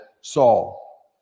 Saul